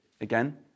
Again